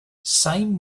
same